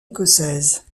écossaise